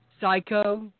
Psycho